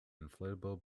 inflatable